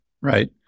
right